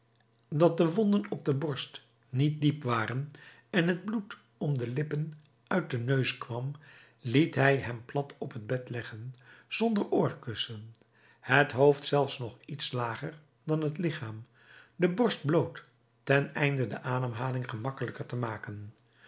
dat de wonden op de borst niet diep waren en het bloed om de lippen uit den neus kwam liet hij hem plat op het bed leggen zonder oorkussen het hoofd zelfs nog iets lager dan het lichaam de borst bloot ten einde de ademhaling gemakkelijker te maken